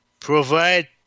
Provide